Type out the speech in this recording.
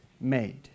made